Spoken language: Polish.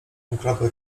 ukradła